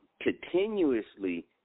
continuously